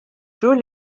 xhur